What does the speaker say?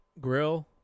grill